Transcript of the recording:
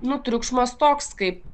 nu triukšmas toks kaip